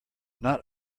not